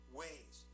ways